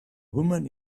woman